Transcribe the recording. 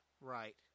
Right